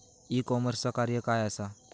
E कॉमर्सचा कार्य काय असा?